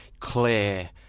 clear